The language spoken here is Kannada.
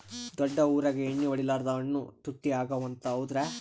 ದೊಡ್ಡ ಊರಾಗ ಎಣ್ಣಿ ಹೊಡಿಲಾರ್ದ ಹಣ್ಣು ತುಟ್ಟಿ ಅಗವ ಅಂತ, ಹೌದ್ರ್ಯಾ?